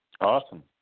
Awesome